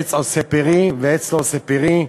עץ עושה פרי ועץ לא עושה פרי,